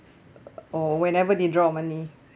or whenever they draw money